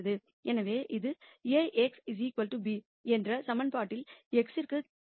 எனவே இது A x b என்ற சமன்பாட்டில் x க்கு தீர்க்கிறது